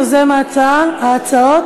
יוזם ההצעות,